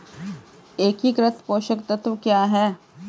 एकीकृत पोषक तत्व क्या है?